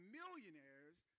millionaires